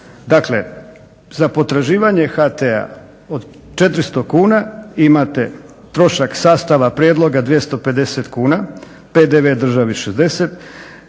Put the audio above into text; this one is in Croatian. Dakle, za potraživanje HT-a od 400 kuna imate trošak sastava prijedloga 250 kuna, PDV državi 60,